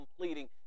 completing